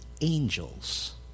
angels